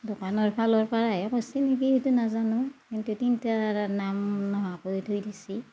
দোকানৰ ফালৰ পৰাই কৰিছে নেকি সেইটো নাজানো কিন্তু তিনিটা নাম নোহোৱা কৰি থৈ দিছে